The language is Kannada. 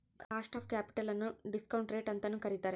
ಕಾಸ್ಟ್ ಆಫ್ ಕ್ಯಾಪಿಟಲ್ ನ್ನು ಡಿಸ್ಕಾಂಟಿ ರೇಟ್ ಅಂತನು ಕರಿತಾರೆ